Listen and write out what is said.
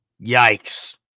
yikes